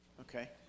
okay